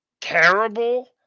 terrible